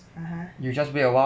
(uh huh)